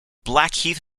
blackheath